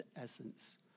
essence